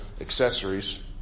accessories